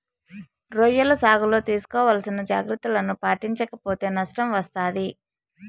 రొయ్యల సాగులో తీసుకోవాల్సిన జాగ్రత్తలను పాటించక పోతే నష్టం వస్తాది